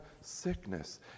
sickness